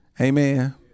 Amen